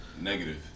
Negative